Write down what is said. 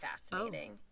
fascinating